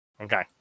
Okay